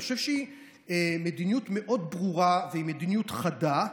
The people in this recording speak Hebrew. אני חושב שהיא מאוד ברורה וחדה.